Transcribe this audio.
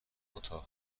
اتاق